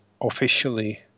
officially